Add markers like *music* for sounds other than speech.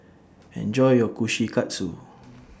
*noise* Enjoy your Kushikatsu *noise*